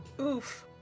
Oof